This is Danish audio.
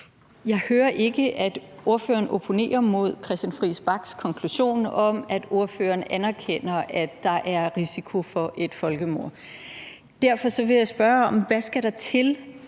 Jeg hører ikke, at ordføreren opponerer mod Christian Friis Bachs konklusion om, at ordføreren anerkender, at der er risiko for et folkemord. Derfor vil jeg spørge om, hvad der skal til,